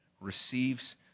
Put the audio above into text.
receives